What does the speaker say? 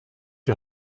die